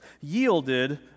yielded